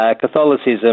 Catholicism